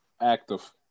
active